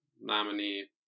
nominee